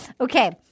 Okay